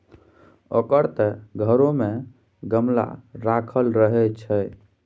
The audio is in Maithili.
ओकर त घरो मे गमला राखल रहय छै